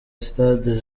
sitade